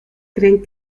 creen